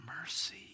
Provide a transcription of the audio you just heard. mercy